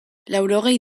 laurogei